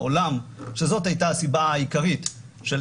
העולם שזאת הייתה הסיבה העיקרית של